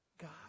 God